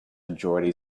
majority